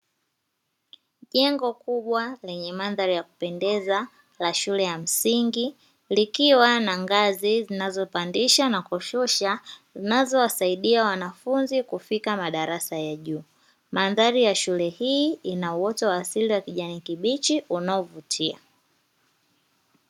Jengo kubwa lenye mandhari ya kupendeza la shule ya msingi, likiwa na ngazi zinazopandisha na kushusha, zinazowasaidia wanafunzi kufika madarasa ya juu, mandhari ya shule hii ina uoto wa asili wa kijani kibichi unaovutia.